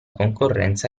concorrenza